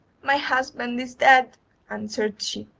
my husband is dead answered she,